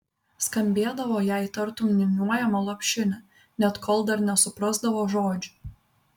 skambėdavo jai tartum niūniuojama lopšinė net kol dar nesuprasdavo žodžių